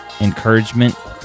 encouragement